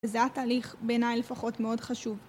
זה היה תהליך בעיניי לפחות מאוד חשוב